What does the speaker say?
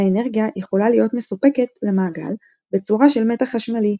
האנרגיה יכולה להיות מסופקת למעגל בצורה של מתח חשמלי,